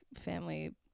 family